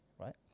right